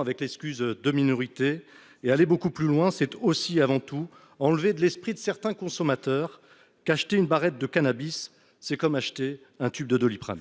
avec l'excuse de minorité. Aller beaucoup plus loin, c'est enfin, avant tout, enlever de l'esprit de certains consommateurs l'idée qu'acheter une barrette de cannabis, c'est comme acheter un tube de Doliprane